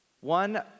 One